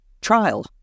trial